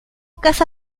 casa